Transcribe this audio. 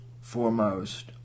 foremost